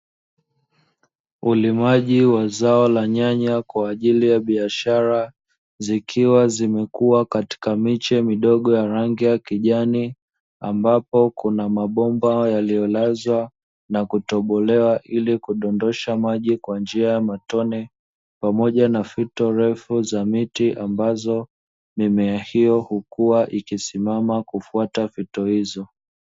Ulimaji wa zao la nyanya kwa ajili ya biashara, zikiwa zimekuwa katika miche midogo ya rangi ya kijani, ambapo kuna mabomba yaliyolazwa na kutobolewa ili kudondosha maji kwa njia ya matone, pamoja na fito refu za miti, ambazo mimea hiyo hukua kusimama kufuata fito hizo.